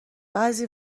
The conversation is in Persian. بعضی